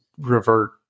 revert